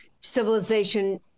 civilization